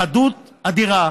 בחדות אדירה,